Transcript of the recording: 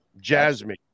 Jasmine